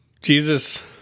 Jesus